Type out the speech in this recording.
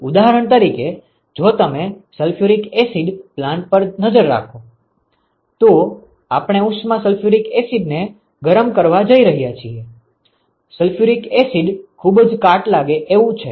ઉદાહરણ તરીકે જો તમે સલ્ફ્યુરિક એસિડ પ્લાન્ટ પર નજર નાખો તો આપણે ઉષ્મા સલ્ફ્યુરિક એસિડને ગરમ કરવા ઇચ્છીએ છીએ સલ્ફ્યુરિક એસિડ ખૂબ જ કાટ લાગે એવુ છે